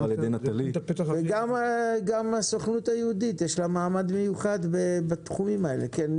גם הסוכנות היהודית יש לה מעמד מיוחד בתחומים האלה.